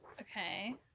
Okay